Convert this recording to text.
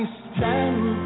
stand